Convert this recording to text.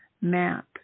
map